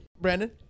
Brandon